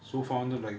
sofa like